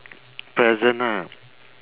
pleasant ha